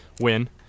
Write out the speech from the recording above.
win